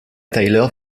tyler